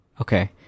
Okay